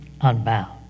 unbound